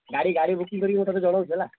ଗାଡ଼ି ଗାଡ଼ି ବୁକିଙ୍ଗ୍ କରିକି ମୁଁ ତୋତେ ଜଣାଉଛି ହେଲା